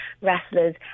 wrestlers